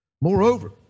Moreover